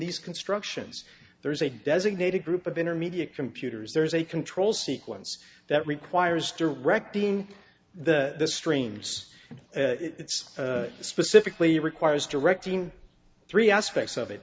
these constructions there is a designated group of intermediate computers there's a control sequence that requires directing the streams and it's specifically requires directing three aspects of it